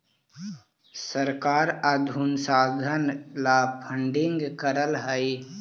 सरकार अनुसंधान ला फंडिंग करअ हई